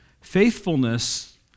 Faithfulness